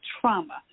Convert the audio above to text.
trauma